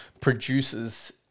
produces